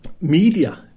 media